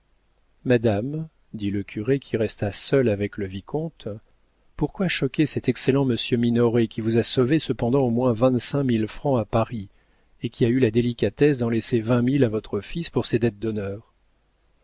madame dit le curé qui resta seul avec le vicomte pourquoi choquer cet excellent monsieur minoret qui vous a sauvé cependant au moins vingt-cinq mille francs à paris et qui a eu la délicatesse d'en laisser vingt mille à votre fils pour ses dettes d'honneur